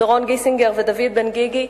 דורון גיסינגר ודוד בן-גיגי,